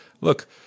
look